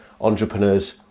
entrepreneurs